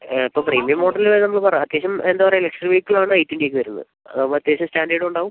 ആ ഇപ്പം premium model നമ്മൾ പറ അത്യാവശ്യം എന്താണ് പറയുക ലക്ഷ്വറി വെഹിക്കിൾ ആണ് ഐ ട്വൻറ്റി ഒക്കെ വരുന്നത് അത് ആവുമ്പം അത്യാവശ്യം സ്റ്റാൻഡേർഡും ഉണ്ടാവും